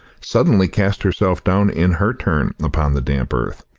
suddenly cast herself down, in her turn, upon the damp earth,